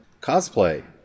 Cosplay